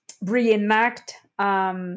reenact